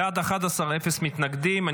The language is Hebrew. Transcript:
בעד, 11, אין מתנגדים.